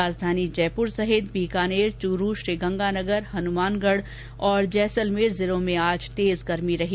राजधानी जयपूर सहित बीकानेर चुरू श्रीगंगानगर हनुमानगढ और जैसलमेर जिलों में आज तेज गर्मी रही